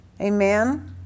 Amen